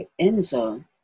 Enzo